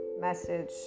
message